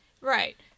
Right